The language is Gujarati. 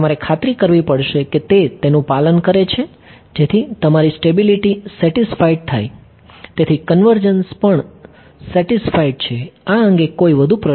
તમારે ખાતરી કરવી પડશે કે તે તેનું પાલન કરે છે જેથી તમારી સ્ટેબિલિટી સેટિસ્ફાઈડ થાય તેથી કન્વર્જન્સ પણ સેટિસ્ફાઈડ છે આ અંગે કોઈ વધુ પ્રશ્નો